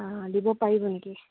অ' দিব পাৰিব নেকি